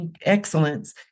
excellence